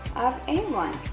a one.